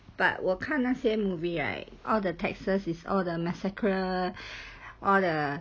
but 我看那些 movie right all the texas is all the massacre all the